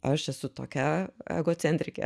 aš esu tokia egocentrikė